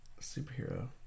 superhero